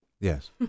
Yes